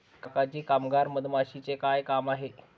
काका जी कामगार मधमाशीचे काय काम आहे